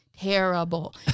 terrible